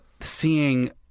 seeing